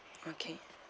okay